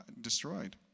destroyed